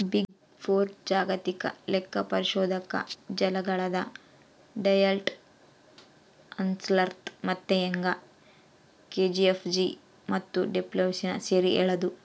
big four ಜಾಗತಿಕ ಲೆಕ್ಕಪರಿಶೋಧಕ ಜಾಲಗಳಾದ ಡೆಲಾಯ್ಟ್, ಅರ್ನ್ಸ್ಟ್ ಮತ್ತೆ ಯಂಗ್, ಕೆ.ಪಿ.ಎಂ.ಜಿ ಮತ್ತು ಪಿಡಬ್ಲ್ಯೂಸಿನ ಸೇರಿ ಹೇಳದು